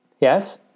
Yes